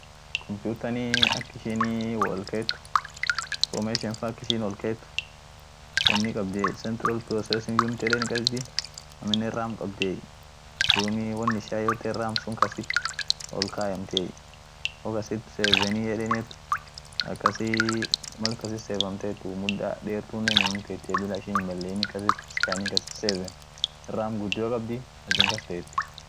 Baluunanii ak inin ol ijeem baluuna ka ooro kabiit jira, woni afur kabiit jira, kuninenii ka woni hinkabiiniit jir, lachu isan mal in laftaet ak in olkeit jira mal in olko akas ijeemai iran sun gee ka tairi kabit jira hinta inin tairum sunii.bare ak uwaanjaa fa itate